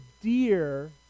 dear